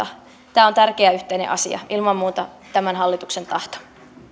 tämä on tärkeä yhteinen asia ilman muuta tämän hallituksen tahto